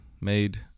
made